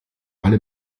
alle